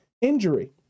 injury